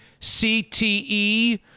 cte